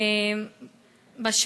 של